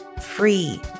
free